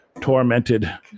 tormented